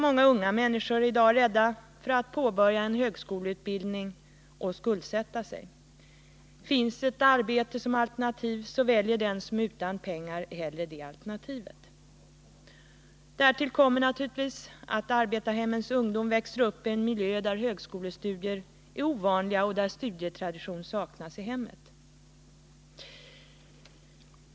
Många unga människor är i dag rädda för att påbörja en högskoleutbildning och skuldsätta sig. Finns det arbete som ett alternativ väljer den som är utan pengar hellre det alternativet. Dessutom växer arbetarhemmens ungdom upp i en miljö är högskolestudier är ovanliga och där studietradition saknas.